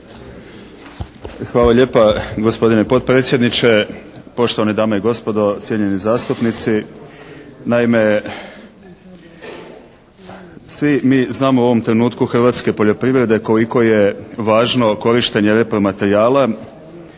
Hvala lijepa. Gospodine potpredsjedniče, poštovane dame i gospodo, cijenjeni zastupnici. Naime svi mi znamo u ovom trenutku hrvatske poljoprivrede koliko je važno korištenje repromaterijala,